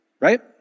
Right